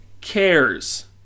cares